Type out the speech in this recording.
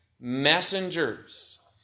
messengers